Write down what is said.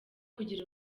kugira